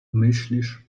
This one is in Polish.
myślisz